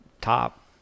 top